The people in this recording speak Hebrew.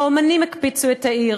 האמנים הקפיצו את העיר,